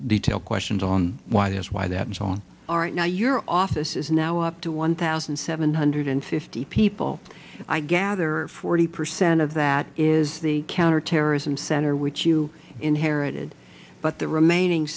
detailed questions on why this why that and so on are now your office is now up to one thousand seven hundred fifty people i gather forty percent of that is the counterterrorism center which you inherited but the remaining